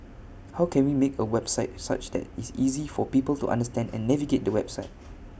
how can we make A website such that IT is easy for people to understand and navigate the website